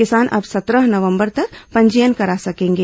किसान अब सत्रह नवंबर तक पंजीयन करा सकेंगे